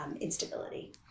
instability